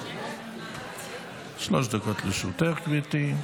שלוש דקות לרשותך, גברתי.